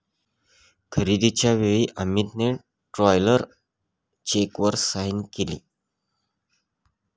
खरेदीच्या वेळी अमितने ट्रॅव्हलर चेकवर सही केली